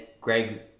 Greg